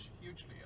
hugely